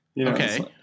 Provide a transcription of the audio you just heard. Okay